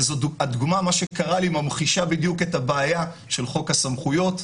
והדוגמה שקרתה לי ממחישה בדיוק את הבעיה של חוק הסמכויות.